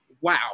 wow